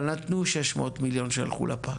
אבל נתנו 600 מיליון ₪ שהלכו לפח.